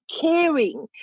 caring